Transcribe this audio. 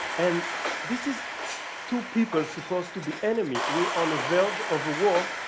and this is two people supposed to be enemies, we're on the verge of a war,